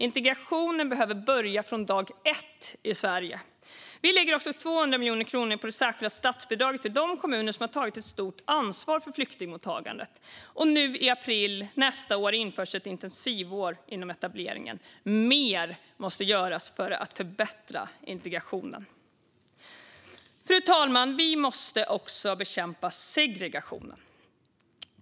Integrationen behöver börja från dag ett i Sverige. Vi lägger också 200 miljoner kronor på det särskilda statsbidraget till de kommuner som har tagit ett stort ansvar för flyktingmottagandet, och i april nästa år införs ett intensivår inom etableringen. Mer måste göras för att förbättra integrationen. Fru talman! Vi måste också bekämpa segregationen.